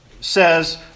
says